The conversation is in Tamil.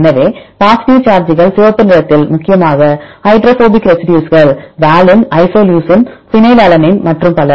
எனவே பாஸிட்டிவ் சார்ஜ்கள் சிவப்பு நிறத்தில் முக்கியமாக ஹைட்ரோபோபிக் ரெசிடியூஸ்கள் வால்ன் ஐசோலூசின் ஃபெனைலாலனைன் மற்றும் பல